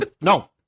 No